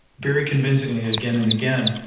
very convincingly again and again,